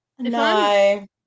No